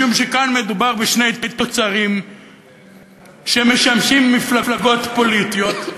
משום שכאן מדובר בשני תוצרים שמשמשים מפלגות פוליטיות,